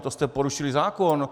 To jste porušili zákon.